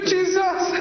Jesus